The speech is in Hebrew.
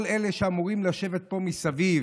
כל אלה שאמורים לשבת פה מסביב,